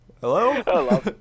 Hello